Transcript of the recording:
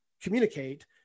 communicate